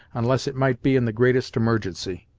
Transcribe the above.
unless it might be in the greatest emergency.